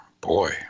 boy